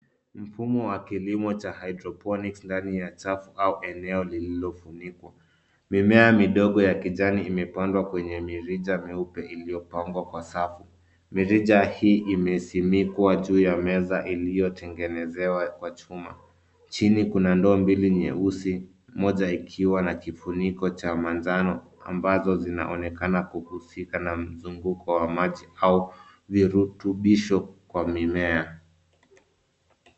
Mfumo wa kilimo cha hydroponics ndani ya chafu au eneo lililofunikwa. Mimea midogo ya kijani imepandwa kwenye mirija meupe iliyopambwa kwa safu. Mirija hii imesimikwa juu ya meza iliyotengenezewa kwa chuma. Chini kuna ndoo mbili nyeusi, moja ikiwa na kifuniko cha manjano ambazo zinaonekana kuhusika na mzunguko wa maji au virutubisho kwa mimea.